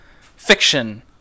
fiction